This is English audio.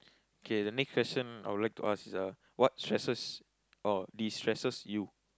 okay the next question I would like to ask is uh what stresses or destresses you